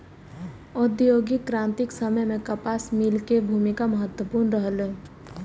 औद्योगिक क्रांतिक समय मे कपास मिल के भूमिका महत्वपूर्ण रहलै